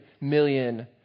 million